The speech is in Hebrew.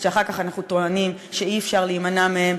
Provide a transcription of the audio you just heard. שאחר כך אנחנו טוענים שאי-אפשר להימנע מהם?